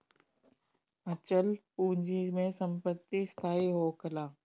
अचल पूंजी में संपत्ति स्थाई होखेला